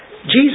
Jesus